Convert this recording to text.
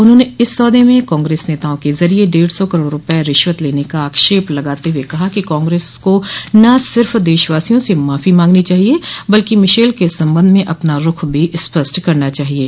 उन्होंने इस सौदे में कांग्रेस नेताओं के ज़रिये डेढ़ सौ करोड़ रूपये रिश्वत लेने का आक्षेप लगाते हुए कहा कि कांग्रेस को न सिर्फ देशवासियों से माफी मांगनी चाहिए बल्कि मिशेल के संबंध में अपना रूख भी स्पष्ट करना चाहिये